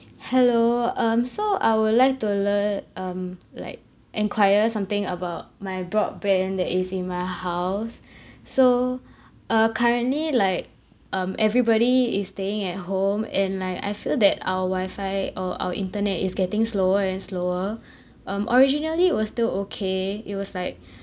hello um so I would like to lear~ um like enquire something about my broadband that is in my house so uh currently like um everybody is staying at home and like I feel that our wifi or our internet is getting slower and slower um originally it was still okay it was like